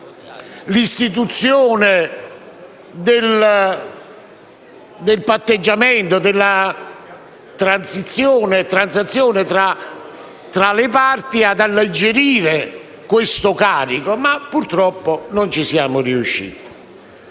l'istituzione del patteggiamento, della transazione tra le parti, ad alleggerire questo carico, ma purtroppo non ci siamo riusciti.